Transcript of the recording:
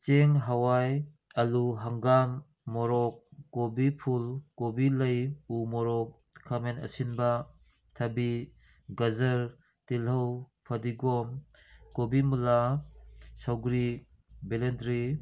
ꯆꯦꯡ ꯍꯥꯋꯥꯏ ꯑꯥꯜꯂꯨ ꯍꯪꯒꯥꯝ ꯃꯣꯔꯣꯛ ꯀꯣꯕꯤ ꯐꯨꯜ ꯀꯣꯕꯤ ꯂꯩ ꯎ ꯃꯣꯔꯣꯛ ꯈꯥꯃꯦꯟ ꯑꯁꯤꯟꯕ ꯊꯕꯤ ꯒꯖꯔ ꯇꯤꯜꯍꯧ ꯐꯗꯤꯒꯣꯝ ꯀꯣꯕꯤ ꯃꯨꯜꯂꯥ ꯁꯧꯒ꯭ꯔꯤ ꯚꯦꯂꯦꯟꯗ꯭ꯔꯤ